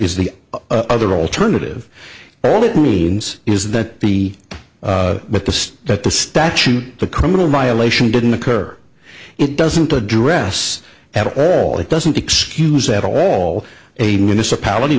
is the other alternative all it means is that the but the that the statute the criminal violation didn't occur it doesn't address at all it doesn't excuse at all a municipality